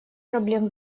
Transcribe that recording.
проблем